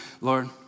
Lord